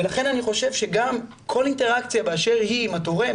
ולכן אני חושב שגם כל אינטראקציה באשר היא עם התורם